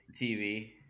TV